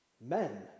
men